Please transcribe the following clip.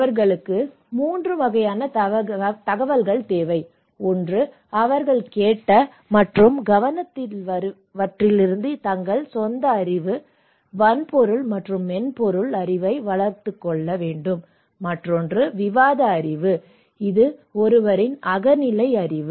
அவர்களுக்கு 3 வகையான தகவல்கள் தேவை ஒன்று அவர்கள் கேட்ட மற்றும் கவனித்தவற்றிலிருந்து தங்கள் சொந்த அறிவு வன்பொருள் மற்றும் மென்பொருள் அறிவை வளர்த்துக் கொள்ள மற்றொன்று விவாத அறிவு இது ஒருவரின் அகநிலை அறிவு